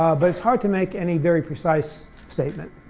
but it's hard to make any very precise statement.